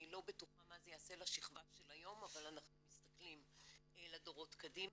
אני לא בטוחה מה זה יעשה לשכבה של היום אבל אנחנו מסתכלים לדורות קדימה.